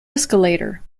escalator